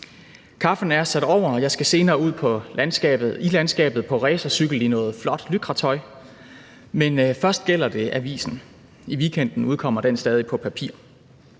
Kaffen er sat over, og jeg skal senere ud i landskabet på racercykel i noget flot lycratøj, men først gælder det avisen, som stadig udkommer på papir